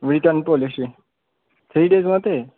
return policy three days मात्रै